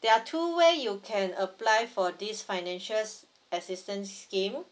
there are two way you can apply for this financials assistance scheme